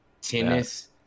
Tennis